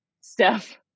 Steph